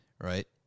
Right